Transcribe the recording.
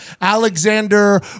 Alexander